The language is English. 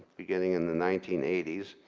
beginning in the nineteen eighty s,